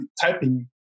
typing